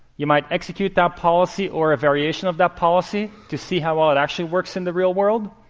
you might execute that policy or a variation of that policy to see how well it actually works in the real world,